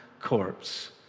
corpse